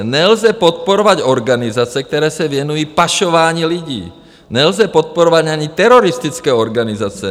Nelze podporovat organizace, které se věnují pašování lidí, nelze podporovat ani teroristické organizace.